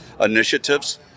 initiatives